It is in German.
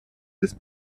des